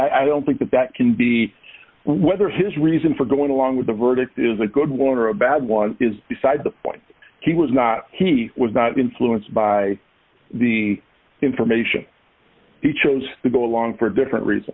me i don't think that that can be whether his reason for going along with the verdict is a good one or a bad one is beside the point he was not he was not influenced by the information he chose to go along for different reasons